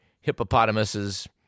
hippopotamuses